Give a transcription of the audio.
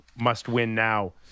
must-win-now